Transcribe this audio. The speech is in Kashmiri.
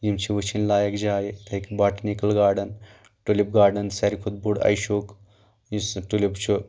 یِم چھِ وٕچھِنۍ لایق جایہِ یِتھٕے کٔنۍ باٹنکل گاڑن ٹوٗلپ گاڑن ساروی کھۄتہٕ بوٚڑ ایشیا ہُک یُس ٹوٗلپ چھُ